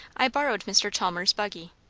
i borrowed mr. chalmers' buggy.